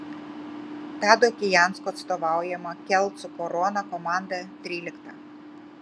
tado kijansko atstovaujama kelcų korona komanda trylikta